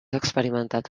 experimentat